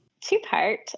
Two-part